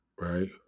right